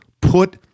put